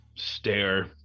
stare